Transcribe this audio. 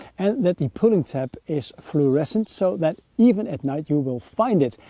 and that the pulling tab is fluorescent, so that even at night you will find it.